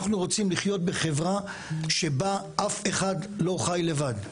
אנחנו רוצים לחיות בחברה שבה אף אחד לא חי לבד.